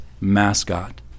mascot